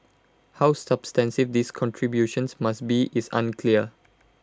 how substantive these contributions must be is unclear